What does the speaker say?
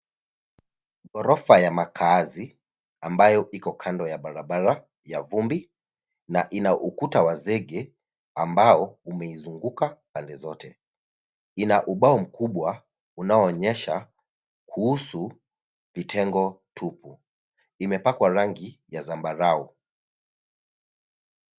Ghorofa ya makaazi, ambayo iko kando ya barabara ya vumbi, na ina ukuta wa zege, ambao umeizunguka pande zote. Ina ubao mkubwa, unaoonyesha, kuhusu vitengo tupu. Imepakwa rangi ya zambarau.